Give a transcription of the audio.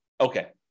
Okay